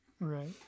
right